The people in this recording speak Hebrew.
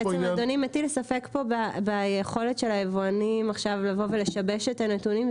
אדוני מטיל ביכולת של היבואנים עכשיו לבוא ולשבש את הנתונים.